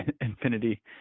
Infinity